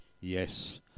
yes